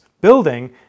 building